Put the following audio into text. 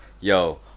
yo